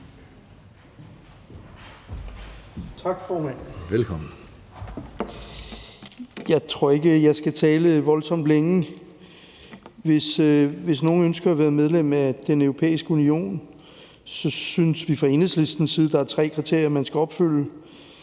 Søndergaard (EL): Jeg tror ikke, jeg skal tale voldsomt længe. Hvis nogen ønsker at være medlem af Den Europæiske Union, synes vi fra Enhedslistens side, at der er tre kriterier, man skal opfylde: